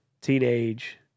teenage